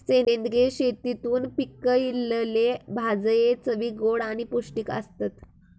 सेंद्रिय शेतीतून पिकयलले भाजये चवीक गोड आणि पौष्टिक आसतत